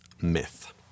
myth